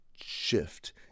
shift